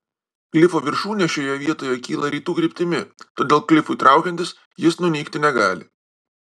klifo viršūnė šioje vietoje kyla rytų kryptimi todėl klifui traukiantis jis nunykti negali